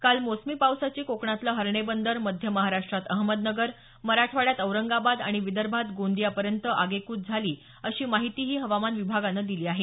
काल मोसमी पावसाची कोकणातलं हर्णे बंदर मध्य महाराष्ट्रात अहमदनगर मराठवाड्यात औरंगाबाद आणि विदर्भात गोंदियापर्यंत आगेकूच झाली अशी माहिती हवामान विभागानं दिली आहे